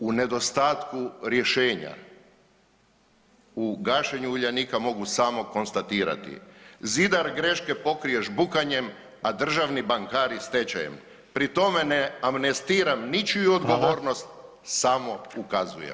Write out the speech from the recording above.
U nedostatku rješenja u gašenju Uljanika mogu samo konstatirati zidar greške pokrije žbukanjem, a državni bankari stečajem, pri tome ne amnestiram ničiju odgovornost samo ukazujem.